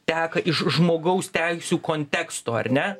teka iš žmogaus teisių konteksto ar ne